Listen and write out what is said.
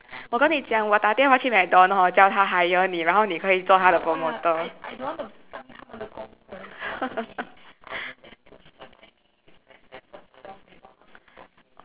我跟你讲我打电话去 MacDonald's hor 叫它 hire 你然后你可以做它的 promoter